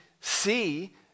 see